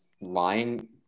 lying